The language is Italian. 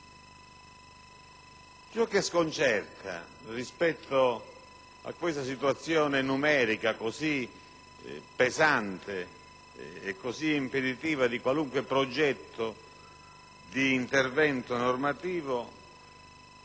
Ciò che sconcerta rispetto a questa situazione numerica così pesante e così impeditiva di qualunque progetto d'intervento normativo è